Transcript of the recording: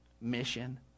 mission